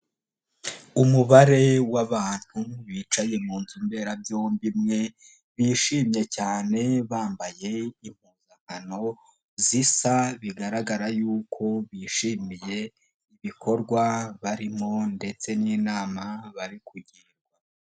Umubare w'abantu bicaye mu nzu mberabyombi imwe, bishimye cyane bambaye impuzankano zisa bigaragara yuko bishimiye ibikorwa barimo ndetse n'inama bari kugira.